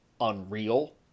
unreal